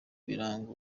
biranga